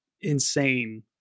insane